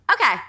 Okay